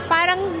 Parang